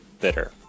bitter